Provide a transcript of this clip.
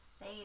say